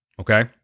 Okay